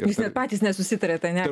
jūs net patys nesusitariat ane